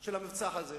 של המבצע הזה,